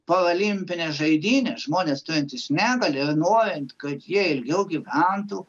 paralimpines žaidynes žmonės turintys negalią norint kad jie ilgiau gyventų